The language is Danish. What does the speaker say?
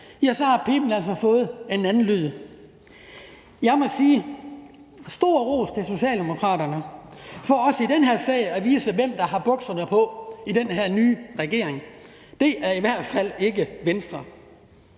har piben altså fået en anden lyd. Jeg må sige, at der skal lyde stor ros til Socialdemokraterne for også i den her sag at vise, hvem der har bukserne på i den her nye regering. Det er i hvert fald ikke Venstre.